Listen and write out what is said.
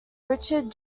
richard